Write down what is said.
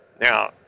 Now